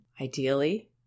ideally